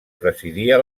presidia